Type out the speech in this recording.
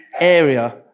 area